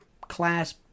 class